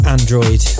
Android